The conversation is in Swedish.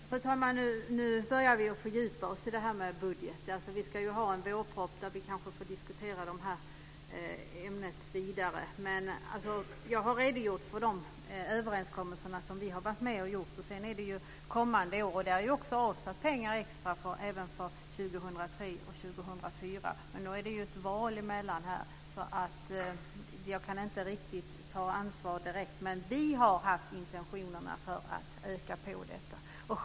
Fru talman! Nu börjar vi fördjupa oss i budgeten. Regeringen ska ju lägga fram en vårproposition, och då får vi kanske diskutera ämnet vidare. Jag har redogjort för de överenskommelser som vi har varit med om. Det är avsatt extrapengar för 2003 och 2004. Men det är ett val dessförinnan, så jag kan inte ta direkt ansvar för kommande år. Vi har dock haft intentionen att öka tilldelningen.